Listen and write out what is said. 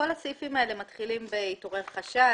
כל הסעיפים האלה מתחילים בהתעורר חשד,